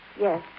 Yes